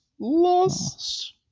Loss